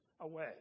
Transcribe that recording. away